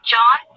John